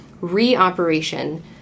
re-operation